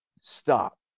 stop